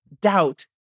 doubt